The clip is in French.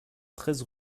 treize